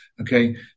Okay